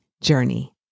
journey